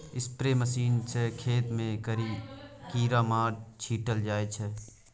spray machine सँ खेत मे कीरामार छीटल जाइ छै